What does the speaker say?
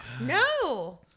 No